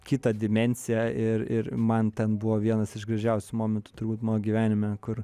kitą dimensiją ir ir man ten buvo vienas iš gražiausių momentų turbūt mano gyvenime kur